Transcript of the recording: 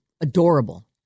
adorable